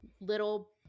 little